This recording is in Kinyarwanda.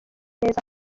neza